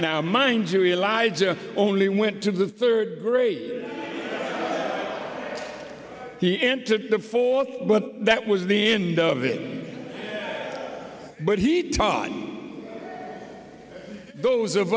now mind you realize only went to the third grade he entered the fourth but that was the end of it but he taught those of